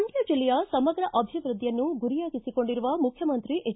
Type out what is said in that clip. ಮಂಡ್ಕ ಜಿಲ್ಲೆಯ ಸಮಗ್ರ ಅಭಿವೃದ್ಧಿಯನ್ನು ಗುರಿಯಾಗಿಸಿಕೊಂಡಿರುವ ಮುಖ್ಯಮಂತ್ರಿ ಎಚ್